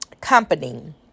company